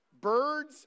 Birds